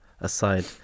aside